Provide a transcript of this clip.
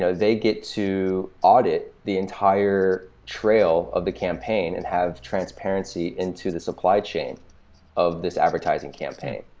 so they get to audit the entire trail of the campaign and have transparency into the supply chain of this advertising campaign.